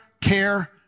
care